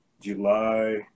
July